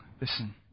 Listen